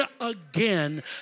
again